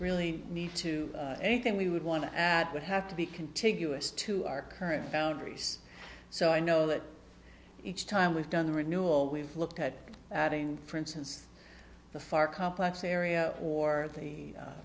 really need to anything we would want to add would have to be contiguous to our current boundaries so i know that each time we've done the renewal we've looked at for instance the far complex area or the